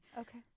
Okay